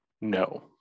No